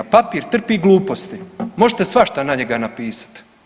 Papir trpi gluposti, možete svašta na njega napisati.